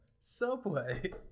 subway